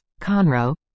Conroe